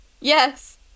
Yes